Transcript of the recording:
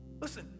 Listen